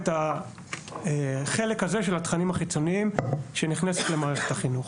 את החלק הזה של התכנים החיצוניים שנכנסים למערכת החינוך.